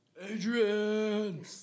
Adrian